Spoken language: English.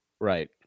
Right